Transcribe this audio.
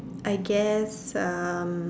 I guess um